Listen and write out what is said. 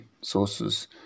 sources